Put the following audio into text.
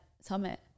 summit